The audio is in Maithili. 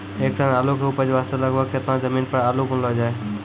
एक टन आलू के उपज वास्ते लगभग केतना जमीन पर आलू बुनलो जाय?